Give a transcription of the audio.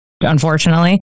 unfortunately